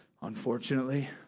unfortunately